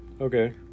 Okay